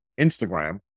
Instagram